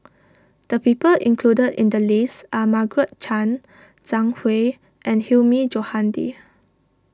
the people included in the list are Margaret Chan Zhang Hui and Hilmi Johandi